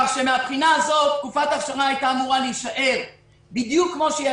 מבחינה זו תקופת האכשרה הייתה אמורה להישאר בדיוק כמו שהיא